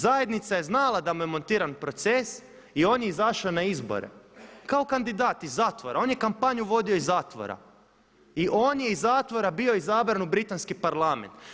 Zajednica je znala da mu je montiran proces i on je izašao na izbore kao kandidat iz zatvora, on je kampanju vodio iz zatvora i on je iz zatvora bio izabran u britanski parlament.